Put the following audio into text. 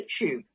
YouTube